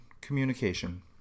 communication